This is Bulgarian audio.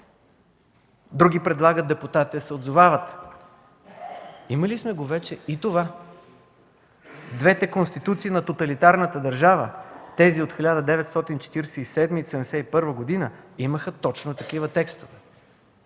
Други предлагат депутатите да се отзовават. Имали сме го вече и това – двете конституции на тоталитарната държава, тези от 1947 и 1971 г., имаха точно такива текстове.